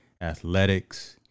athletics